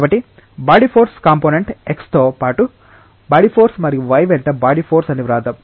కాబట్టి body force component x తో పాటు బాడీ ఫోర్స్ మరియు y వెంట బాడీ ఫోర్స్ అని వ్రాద్దాం